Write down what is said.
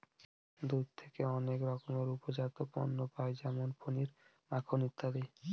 দুধ থেকে অনেক রকমের উপজাত পণ্য পায় যেমন পনির, মাখন ইত্যাদি